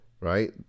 right